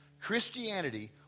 Christianity